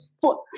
foot